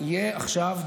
יהיה עכשיו,